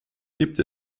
gibt